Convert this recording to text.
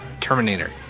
Terminator